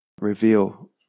reveal